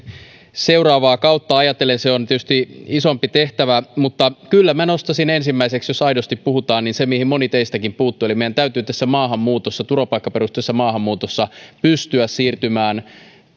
seuraavaa kautta ajatellen se on tietysti isompi tehtävä mutta kyllä minä nostaisin ensimmäiseksi jos aidosti puhutaan sen mihin moni teistäkin puuttui että meidän täytyy tässä turvapaikkaperusteisessa maahanmuutossa pystyä siirtymään